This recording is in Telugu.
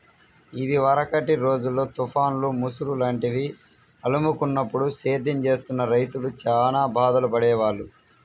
ఇదివరకటి రోజుల్లో తుఫాన్లు, ముసురు లాంటివి అలుముకున్నప్పుడు సేద్యం చేస్తున్న రైతులు చానా బాధలు పడేవాళ్ళు